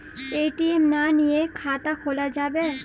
ATM না নিয়ে খাতা খোলা যাবে?